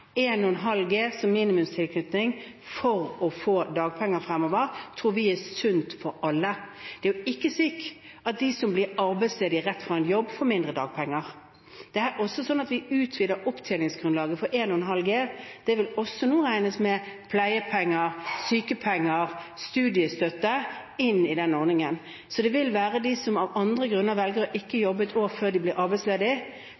en tilknytning til arbeidslivet. 1,5 G som minimumstilknytning for å få dagpenger fremover tror vi er sunt for alle. Det er jo ikke slik at de som blir arbeidsledige rett fra en jobb, får mindre dagpenger. Vi utvider også opptjeningsgrunnlaget fra 1,5 G. Pleiepenger, sykepenger og studiestøtte vil nå også regnes med i den ordningen. Så det vil være de som av andre grunner velger å ikke